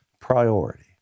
priority